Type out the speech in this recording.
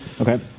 Okay